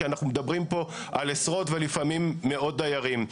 כי אנחנו מדברים פה על עשרות ולפעמים מאות דיירים.